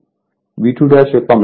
V2 యొక్క magnitude 192